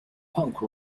punk